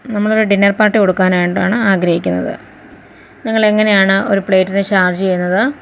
നമ്മളൊരു dinner party കൊടുക്കാനായിട്ടാണ് ആഗ്രഹിക്കുന്നത് നിങ്ങൾ എങ്ങനെയാണ് ഒരു പ്ലേറ്റിന് ചാർജ് ചെയ്യുന്നത് ജ